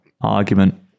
argument